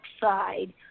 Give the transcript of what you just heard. side